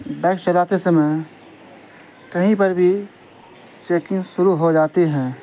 bike چلاتے سمے کہیں پر بھی چیکنگ شروع ہو جاتی ہیں